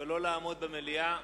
ולא לעמוד במליאה.